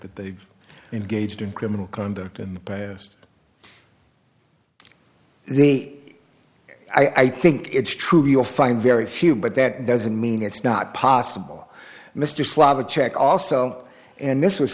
that they've engaged in criminal conduct in the past they i think it's true you'll find very few but that doesn't mean it's not possible mr slava checked also and this was